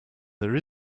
there